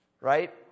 right